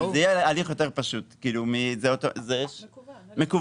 אבל זה יהיה תהליך יותר פשוט; הליך מקוון.